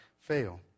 fail